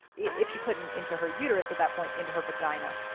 if she couldn't into her uterus, at that point into her vagina.